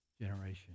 generation